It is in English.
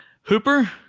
Hooper